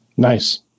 Nice